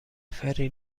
فری